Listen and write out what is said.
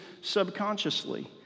subconsciously